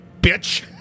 bitch